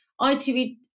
ITV